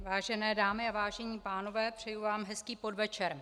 Vážené dámy, vážení pánové, přeji vám hezký podvečer.